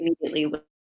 immediately